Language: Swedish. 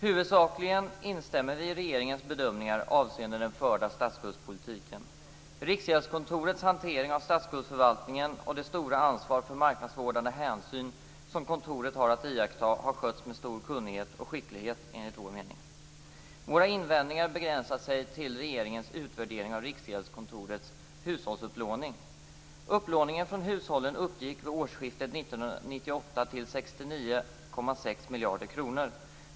Huvudsakligen instämmer vi i regeringens bedömningar avseende den förda statsskuldspolitiken. Riksgäldskontorets hantering av statsskuldsförvaltningen och det stora ansvar för marknadsvårdande hänsyn som kontoret har att iaktta har skötts med stor kunnighet och skicklighet, enligt vår mening. Våra invändningar begränsar sig till regeringens utvärdering av Riksgäldskontorets hushållsupplåning. 1998/99 till 69,6 miljarder kronor.